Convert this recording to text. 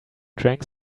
drank